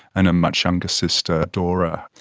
and a much younger sister, dora.